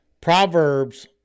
Proverbs